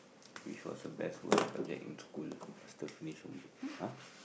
which was the best worst subject in school faster finish homework !huh!